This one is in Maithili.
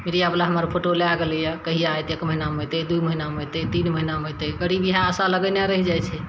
मीडियावला हमर फोटो लए गेलैय कहिया एतय एतेक महीनामे एतय दू महीनामे एतय तीन महीनामे एतय गरीब इएहे आशा लगेने रहि जाइ छै